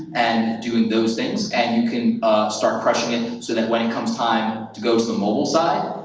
and doing those things and you can start crushing it, so that when it comes time to go to the mobile side,